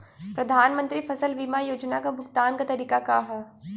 प्रधानमंत्री फसल बीमा योजना क भुगतान क तरीकाका ह?